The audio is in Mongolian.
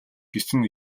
гэсэн